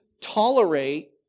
tolerate